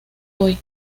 hoy